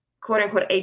quote-unquote